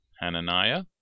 Hananiah